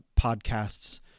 podcasts